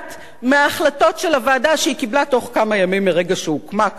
מההחלטות של הוועדה שהיא קיבלה בתוך כמה ימים מרגע שהוקמה כמובן.